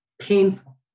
painful